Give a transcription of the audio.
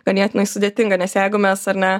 ganėtinai sudėtinga nes jeigu mes ar ne